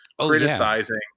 criticizing